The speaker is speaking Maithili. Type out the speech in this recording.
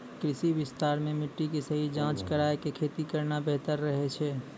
कृषि विस्तार मॅ मिट्टी के सही जांच कराय क खेती करना बेहतर रहै छै